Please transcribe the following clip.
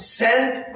sent